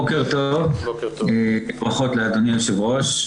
בוקר טוב, ברכות לאדוני היושב ראש.